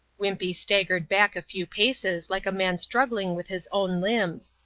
wimpey staggered back a few paces like a man struggling with his own limbs.